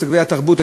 בתקציבי התרבות,